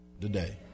today